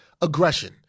Aggression